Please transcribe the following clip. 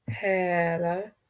Hello